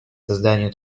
созданию